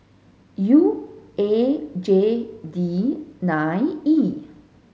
U A J D nine E